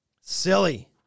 Silly